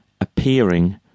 appearing